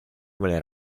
vuole